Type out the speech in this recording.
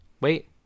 Wait